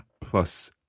plus